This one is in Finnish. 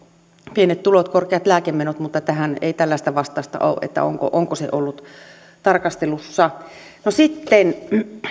pienet tulot korkeat lääkemenot mutta tähän ei tällaista vastausta ole että onko se ollut tarkastelussa sitten